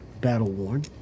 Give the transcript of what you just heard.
battle-worn